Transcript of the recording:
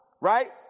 right